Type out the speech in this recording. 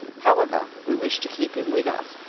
however, we wished to keep him with us,